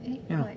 eh what